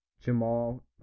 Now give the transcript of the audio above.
Jamal